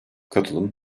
katılım